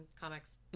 comics